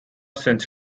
since